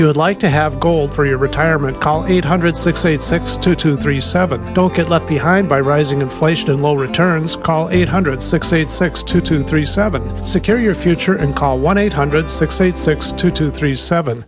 would like to have gold for your retirement call eight hundred six eight six two two three seven don't get left behind by rising inflation and low returns call eight hundred six eight six two two three seven secure your future and call one eight hundred six eight six two two three seven